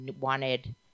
wanted –